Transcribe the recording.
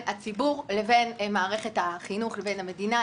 הציבור לבין מערכת החינוך לבין המדינה,